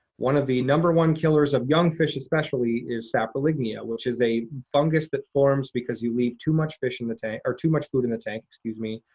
one of the number one killers of young fish, especially, is saprolegnia, which is a fungus that forms because you leave too much fish in the tank, or too much food in the tank, excuse me,